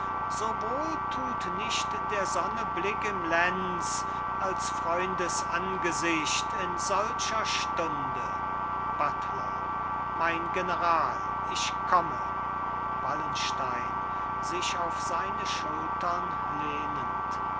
wohl tut nicht der sonne blick im lenz als freundes angesicht in solcher stunde buttler mein general ich komme wallenstein sich auf seine schultern lehnend